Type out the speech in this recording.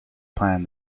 plan